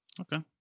okay